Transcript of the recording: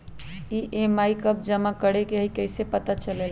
EMI कव जमा करेके हई कैसे पता चलेला?